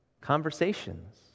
conversations